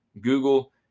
Google